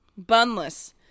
bunless